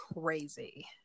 crazy